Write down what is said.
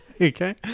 okay